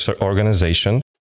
organization